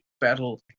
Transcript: battle